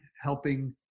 helping